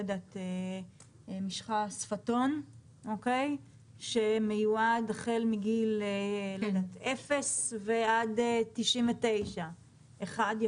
שפתון שמיועד החל מגיל אפס עד 99. אחד,